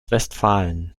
westfalen